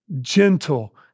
gentle